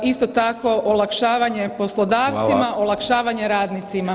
Isto tako olakšavanje poslodavcima, olakšavanje [[Upadica: Hvala vam.]] radnicima.